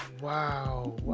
Wow